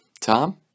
Tom